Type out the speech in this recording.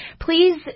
please